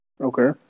Okay